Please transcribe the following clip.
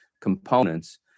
components